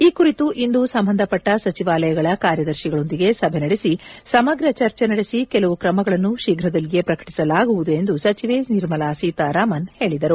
ಈ ಕುರಿತು ಇಂದು ಸಂಬಂಧಪಟ್ಟ ಸಚಿವಾಲಯಗಳ ಕಾರ್ಯದರ್ಶಿಗಳೊಂದಿಗೆ ಸಭೆ ನಡೆಸಿ ಸಮಗ ಚರ್ಚೆ ನಡೆಸಿ ಕೆಲವು ಕ್ರಮಗಳನ್ನು ಶೀಘ್ರದಲ್ಲಿಯೇ ಪ್ರಕಟಿಸಲಾಗುವುದು ಎಂದು ಸಚಿವೆ ನಿರ್ಮಲಾ ಸೀತಾರಾಮನ್ ಹೇಳಿದರು